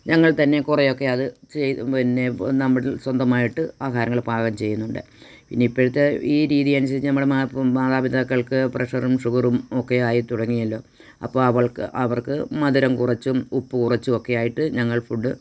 ഞങ്ങൾ തന്നെ കുറയൊക്കെ അത് ചെയ്ത് പിന്നെ നമ്മുടെ സ്വന്തമായിട്ട് ആഹാരങ്ങള് പാകം ചെയ്യുന്നുണ്ട് പിന്നെ ഇപ്പഴത്തെ ഈ രീതി അനുസരിച്ച് നമ്മുടെ മാപ്പും മാതാപിതാക്കൾക്ക് പ്രഷറും ഷുഗറും ഒക്കെ ആയി തുടങ്ങിയല്ലോ അപ്പോൾ അവൾക്ക് അവർക്ക് മധുരം കുറച്ചും ഉപ്പ് കുറച്ചും ഒക്കെ ആയിട്ട് ഞങ്ങൾ ഫുഡ്